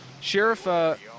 Sheriff